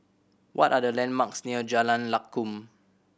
what are the landmarks near Jalan Lakum